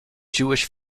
jewish